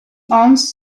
hans